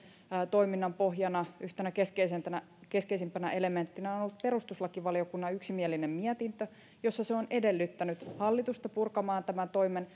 toiminnan pohjana yhtenä keskeisimpänä keskeisimpänä elementtinä on on ollut perustuslakivaliokunnan yksimielinen mietintö jossa se on edellyttänyt hallitusta purkamaan tämän toimen